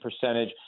percentage